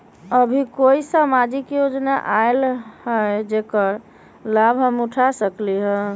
अभी कोई सामाजिक योजना आयल है जेकर लाभ हम उठा सकली ह?